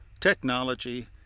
technology